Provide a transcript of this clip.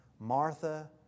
Martha